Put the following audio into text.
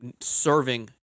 serving